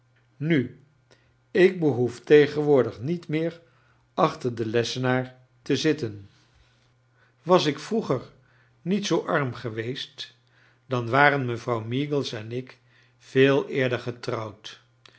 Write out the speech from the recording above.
nu ik beboet tegenwoordig niet meer achter den lessenaar te zitten was ik vroeger niet zoo arm geweest dan waren mevrouw meagles en ik veei eerder getrouwd